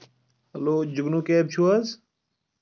hello Jugnu کیب چھُو حظ